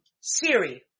Siri